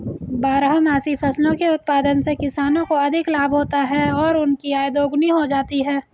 बारहमासी फसलों के उत्पादन से किसानों को अधिक लाभ होता है और उनकी आय दोगुनी हो जाती है